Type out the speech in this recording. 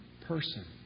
person